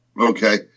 Okay